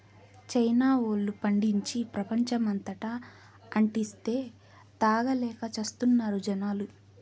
China వోల్లు పండించి, ప్రపంచమంతటా అంటిస్తే, తాగలేక చస్తున్నారు జనాలు